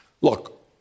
Look